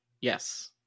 yes